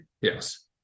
yes